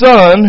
Son